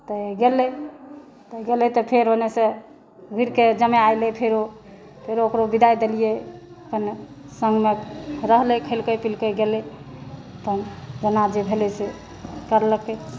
तऽ गेलै तऽ गेलै तऽ फेर ओने सँ घुरिके जमाए अयलै फेरो फेर ओकरो बिदाइ देलियै अपन संगमे रहलै खेलकै पीलकै गेलै तऽ जेना जे भेलै से करलकै